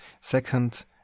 second